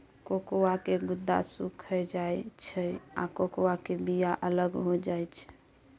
cocoa के गुद्दा सुइख जाइ छइ आ कोकोआ के बिया अलग हो जाइ छइ